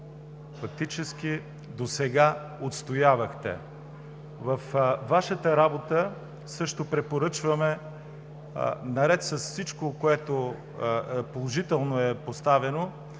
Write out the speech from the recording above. фактически досега отстоявахте. Във Вашата работа също препоръчваме, наред с всичко положително, което е поставено,